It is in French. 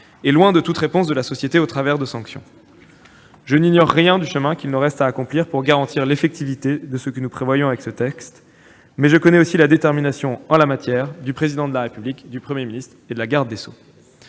et loin de toute réponse de la société au travers de sanctions. Je n'ignore rien du chemin qu'il nous reste à accomplir pour garantir l'effectivité des mesures que nous prévoyons avec ce texte, mais je connais aussi la détermination en la matière du Président de la République, du Premier ministre et de la garde des sceaux.